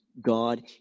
God